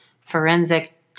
forensic